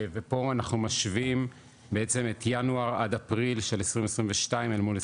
ופה אנחנו משווים בעצם את ינואר עד אפריל של 2022 אל מול 2021,